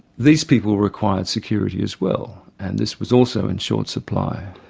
these people required security as well and this was also in short supply,